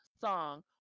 song